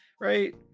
right